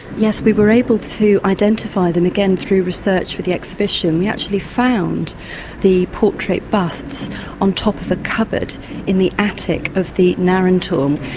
yes, we were able to identify them, again through research for the exhibition. we actually found the portrait busts on top of a cupboard in the attic of the narrenturm.